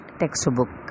textbook